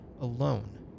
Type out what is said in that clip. alone